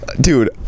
dude